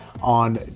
On